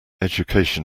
education